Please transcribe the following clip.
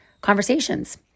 conversations